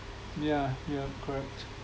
yeah you're correct